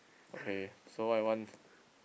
okay so what you want